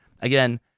Again